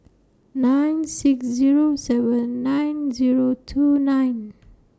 nine six Zero seven nine Zero two nine